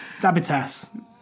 Dabitas